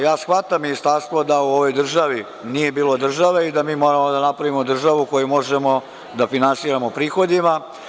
Ja shvatam ministarstvo da u ovoj državi nije bilo države i da mi moramo da napravimo državu koju možemo da finansiramo prihodima.